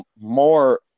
more